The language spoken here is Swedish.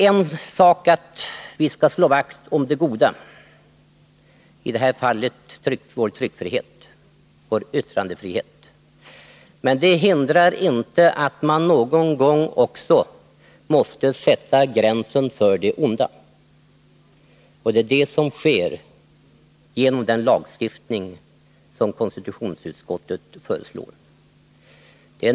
Vi skall slå vakt om det goda — i det här fallet vår tryckfrihet och yttrandefrihet. Men det hindrar inte att man någon gång också måste sätta gränsen för det onda. Det är det som sker genom den lagstiftning som konstitutionsutskottet föreslår.